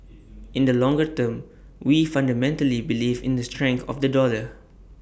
in the longer term we fundamentally believe in the strength of the dollar